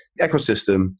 ecosystem